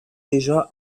déjà